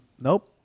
Nope